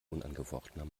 unangefochtener